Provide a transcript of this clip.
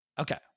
Okay